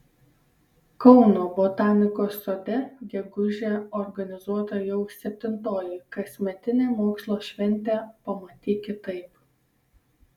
kauno botanikos sode gegužę organizuota jau septintoji kasmetinė mokslo šventė pamatyk kitaip